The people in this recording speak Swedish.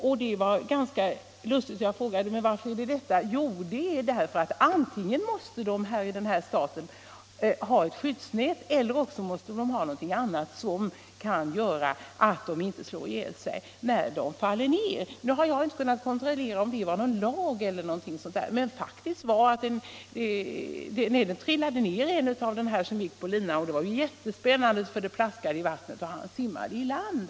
Jag frågade varför och fick till svar att det är därför att här i staten måste man antingen använda skydds nät, eller också måste man ha något annat som gör att artisterna inte slår ihjäl sig, om och när de faller ner. Jag har inte kunnat kontrollera om detta stadgades i lag eller liknande, men en av dem som arbetade på denna lina föll faktiskt ner, och det. var mycket spännande när han plaskade i vattnet och simmade i land.